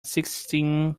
sixteen